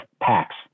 packs